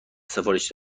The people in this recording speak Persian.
سفارش